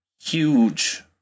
huge